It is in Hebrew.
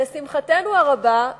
לשמחתנו הרבה,